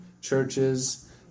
churches